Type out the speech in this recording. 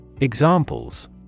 Examples